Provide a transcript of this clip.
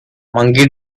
monkey